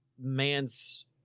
man's